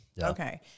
Okay